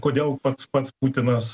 kodėl pats pats putinas